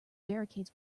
barricades